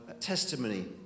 Testimony